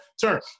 turn